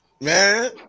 man